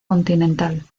continental